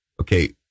Okay